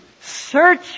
search